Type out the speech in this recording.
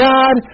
God